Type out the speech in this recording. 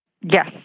Yes